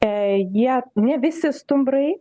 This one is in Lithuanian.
tai jie ne visi stumbrai